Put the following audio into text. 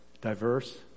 diverse